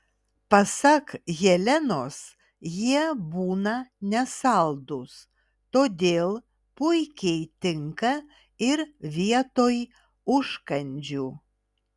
pasak jelenos jie būna nesaldūs todėl puikiai tinka ir vietoj užkandžių